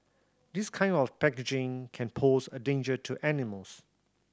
this kind of packaging can pose a danger to animals